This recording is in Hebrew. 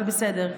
אבל בסדר,